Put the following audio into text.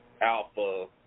alpha